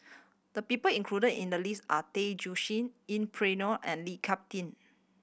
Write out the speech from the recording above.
the people included in the list are Tay Joo Shin Yeng Pway Ngon and Lee Cut Tieng